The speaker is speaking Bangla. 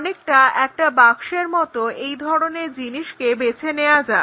অনেকটা একটা বাক্সের মতো এই ধরনের জিনিসকে বেছে নেওয়া যাক